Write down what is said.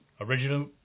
original